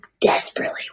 desperately